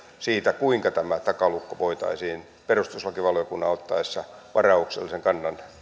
siitä kuinka tämä takalukko voitaisiin ratkaista perustuslakivaliokunnan ottaessa varauksellisen kannan